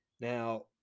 Now –